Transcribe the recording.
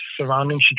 surrounding